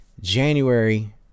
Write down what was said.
january